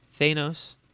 Thanos